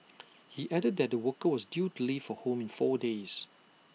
he added that the worker was due to leave for home in four days